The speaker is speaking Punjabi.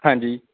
ਹਾਂਜੀ